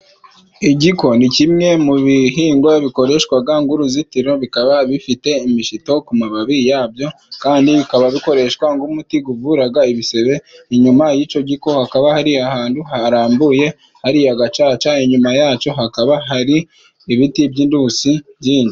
Igiko ni kimwe mu bihingwa bikoreshwa nk'uruzitiro. Bikaba bifite imishito ku mababi yabyo, kandi bikaba bikoreshwa nk'umuti uvura ibisebe. Inyuma y'icyo giko hakaba hari ahantu harambuye hari agacaca. Inyuma yacyo hakaba hari ibiti by'intusi byinshi.